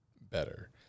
better